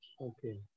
Okay